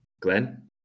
Glenn